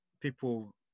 people